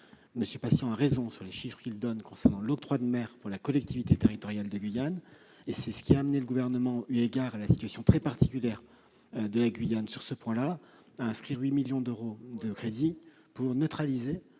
M. Patient a raison sur les chiffres qu'il donne concernant l'octroi de mer pour la collectivité territoriale de Guyane. C'est ce qui a amené le Gouvernement, eu égard à la situation très particulière de la Guyane, à inscrire 8 millions d'euros de crédits pour neutraliser